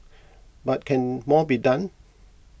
but can more be done